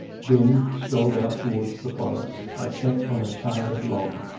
then strolled out towards the forest. i sat on a charred log.